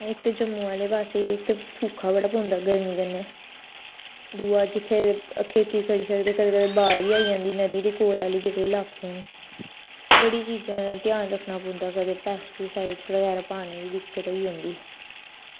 इक ते जम्मू आह्ले पासै सूखा बड़ा पौंदा गरमी कन्नै ते दूआ जित्थें खेती करदे कदें कदें बाढ़ बी आई जंदी ते नदी दे कोल आह्ले इलाके न बड़ी चीजें दा ध्यान रक्खना पौंदा कदें पेस्टीसाईड बगैरा पाने दी दिक्कत होई जंदी